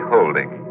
Holding